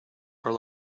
are